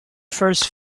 first